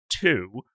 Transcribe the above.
two